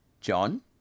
John